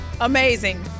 Amazing